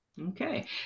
Okay